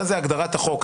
מה זה הגדרת חוק.